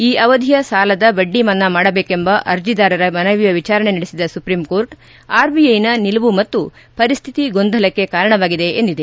ಈ ಅವಧಿಯ ಸಾಲದ ಬಡ್ಡಿ ಮನ್ನಾ ಮಾಡಬೇಕೆಂಬ ಅರ್ಜಿದಾರರ ಮನವಿಯ ವಿಚಾರಣೆ ನಡೆಸಿದ ಸುಪ್ರೀಂಕೋರ್ಟ್ ಆರ್ಬಿಐನ ನಿಲುವು ಮತ್ತು ಪರಿಸ್ನಿತಿ ಗೊಂದಲಕ್ಕೆ ಕಾರಣವಾಗಿದೆ ಎಂದಿದೆ